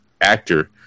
Actor